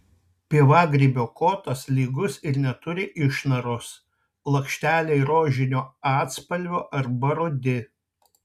pievagrybio kotas lygus ir neturi išnaros lakšteliai rožinio atspalvio arba rudi